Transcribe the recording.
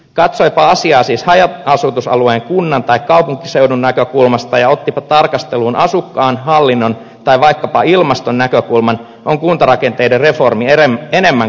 katsoipa asiaa siis haja asutusalueen kunnan tai kaupunkiseudun näkökulmasta ja ottipa tarkasteluun asukkaan hallinnon tai vaikkapa ilmaston näkökulman on kuntarakenteiden reformi enemmän kuin perusteltu